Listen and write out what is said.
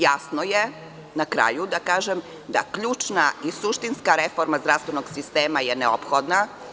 Jasno je da ključna i suštinska reforma zdravstvenog sistema je neophodna.